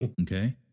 Okay